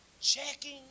checking